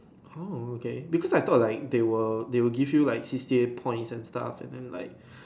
oh okay because I thought like they will they will give you like C_C_A points and stuff and then like